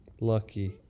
Lucky